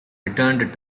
returned